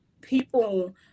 people